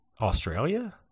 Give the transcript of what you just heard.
Australia